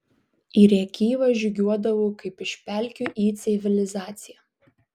į rėkyvą žygiuodavau kaip iš pelkių į civilizaciją